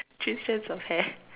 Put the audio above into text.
three strands of hair